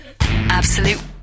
Absolute